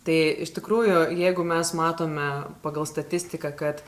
tai iš tikrųjų jeigu mes matome pagal statistiką kad